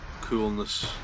coolness